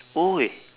!oi!